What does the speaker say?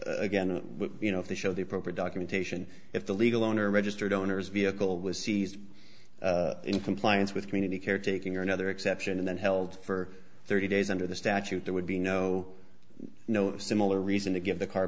again you know if they show the proper documentation if the legal owner registered owners vehicle was seized in compliance with community care taking another exception and then held for thirty days under the statute there would be no no similar reason to give the car